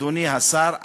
אדוני השר,